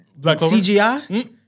CGI